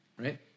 Right